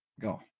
Go